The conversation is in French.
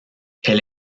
elle